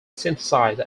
synthesized